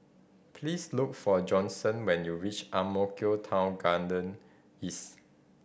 please look for Johnson when you reach Ang Mo Kio Town Garden East